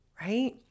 Right